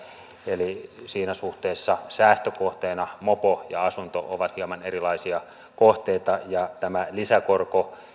eli siinä suhteessa säästökohteena mopo ja asunto ovat hieman erilaisia kohteita tämä lisäkorko